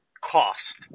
cost